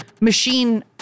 machine